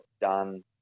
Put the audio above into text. done